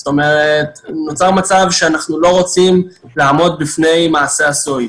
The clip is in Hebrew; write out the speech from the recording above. זאת אומרת שנוצר מצב שאנחנו לא רוצים לעמוד בפני מעשה עשוי.